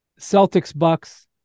Celtics-Bucks